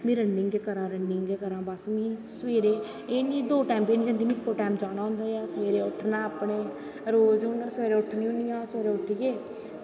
में रनिंग गै करां में रनिंग गै करां बस सवेरे एह् नी दो टैम में इक्कोे टैम जाना होंदा मज़ा सवेरे उट्ठनां अपनैं रोज़ में सवेरे उट्ठी होनीं आं सवेरे उट्ठियै